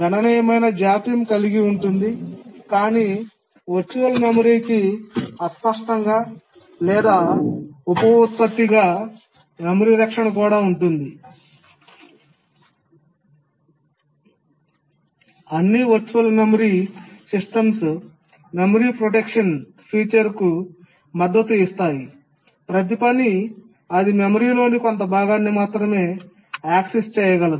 గణనీయమైన జాప్యం కలిగి ఉంటుంది కానీ వర్చువల్ మెమరీకి అస్పష్టంగా లేదా ఉప ఉత్పత్తిగా మెమరీ రక్షణ కూడా ఉంది అన్ని virtual memory systems memory protection ఫీచర్కు మద్దతు ఇస్తాయి ప్రతి పని అది మెమరీలోని కొంత భాగాన్ని మాత్రమే యాక్సెస్ చేయగలదు